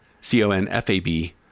C-O-N-F-A-B